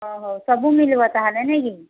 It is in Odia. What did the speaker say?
ଓ ହଉ ସବୁ ମିଳିବ ତା'ହେଲେ ନାଇଁ କି